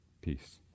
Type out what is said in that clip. peace